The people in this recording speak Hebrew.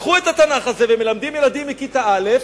לקחו את התנ"ך הזה, ומלמדים ילדים מכיתה א'